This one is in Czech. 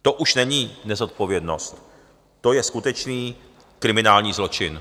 To už není nezodpovědnost, to je skutečný kriminální zločin.